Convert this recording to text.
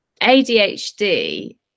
ADHD